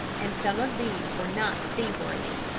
and some of these were not seaworthy.